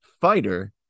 fighter